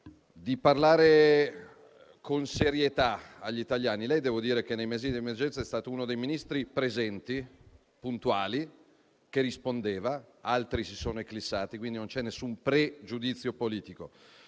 di parlare con serietà agli italiani. Devo dire che lei nei mesi di emergenza è stato uno dei Ministri presenti, puntuali, che rispondeva, mentre altri si sono eclissati. Quindi non c'è nessun pregiudizio politico,